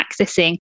accessing